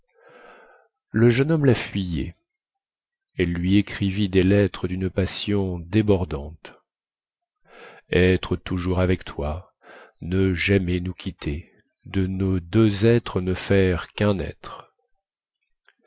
le jeune homme la fuyait elle lui écrivit des lettres dune passion débordante être toujours avec toi ne jamais nous quitter de nos deux êtres ne faire quun être